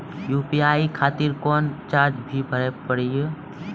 UPI खातिर कोनो charge भी भरी पड़ी हो?